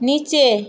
নিচে